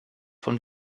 von